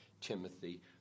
Timothy